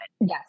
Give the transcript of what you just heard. Yes